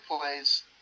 plays